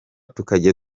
tukajya